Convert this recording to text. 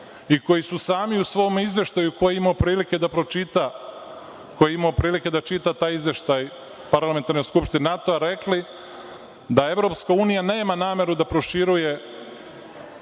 i koji su sami u svom izveštaju, ko je imao prilike da pročita taj izveštaj Parlamentarne skupštine NATO-a, rekli da Evropska unija nema nameru da proširuje